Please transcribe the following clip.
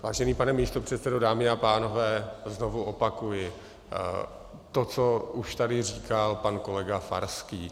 Vážený pane místopředsedo, dámy a pánové, znovu opakuji to, co už tady říkal pan kolega Farský.